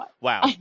wow